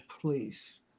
please